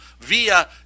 via